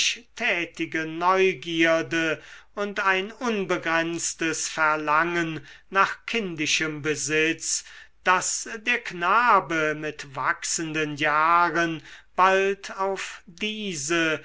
tätige neugierde und ein unbegrenztes verlangen nach kindischem besitz das der knabe mit wachsenden jahren bald auf diese